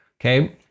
Okay